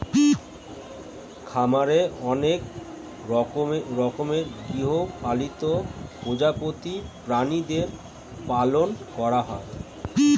খামারে অনেক রকমের গৃহপালিত প্রজাতির প্রাণীদের পালন করা হয়